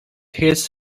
heats